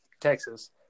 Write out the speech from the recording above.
Texas